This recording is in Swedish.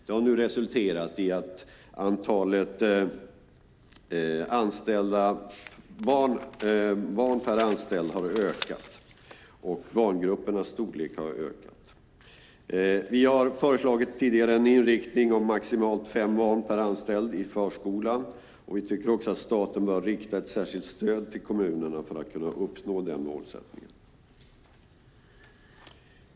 Det har resulterat i att antalet barn per anställd har ökat och att barngrupperna blivit större. Vi har tidigare föreslagit en inriktning om maximalt fem barn per anställd i förskolan. Vi tycker också att staten bör rikta ett särskilt stöd till kommunerna så att de ska kunna uppnå den målsättningen.